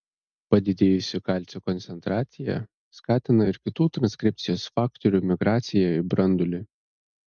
padidėjusi kalcio koncentracija skatina ir kitų transkripcijos faktorių migraciją į branduolį